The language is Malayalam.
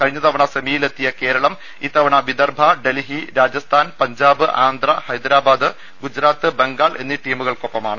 കഴിഞ്ഞ തവണ സെമിയിലെത്തിയ കേരളം ഇത്തവണ വിദർഭ ഡൽഹി രാജസ്ഥാൻ പഞ്ചാബ് ആന്ധ്ര ഹൈദരാബാദ് ഗുജറാത്ത് ബംഗാൾ എന്നീ ടീമുകൾ ക്കൊപ്പമാണ്